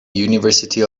university